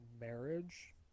marriage